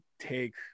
take